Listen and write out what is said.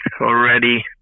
already